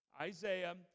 Isaiah